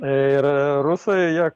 ir rusai jog